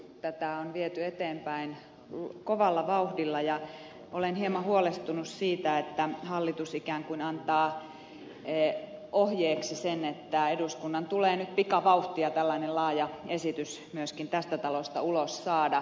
tätä on viety eteenpäin kovalla vauhdilla ja olen hieman huolestunut siitä että hallitus ikään kuin antaa ohjeeksi sen että eduskunnan tulee nyt pikavauhtia tällainen laaja esitys myöskin tästä talosta ulos saada